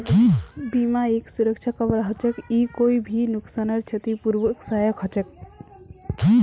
बीमा एक सुरक्षा कवर हछेक ई कोई भी नुकसानेर छतिपूर्तित सहायक हछेक